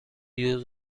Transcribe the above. use